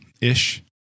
ish